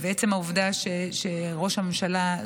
ועצם העובדה שראש הממשלה,